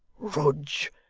rudge,